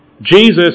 Jesus